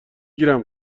گیرم